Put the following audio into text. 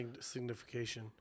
Signification